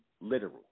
literal